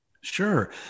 Sure